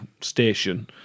station